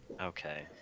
Okay